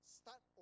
start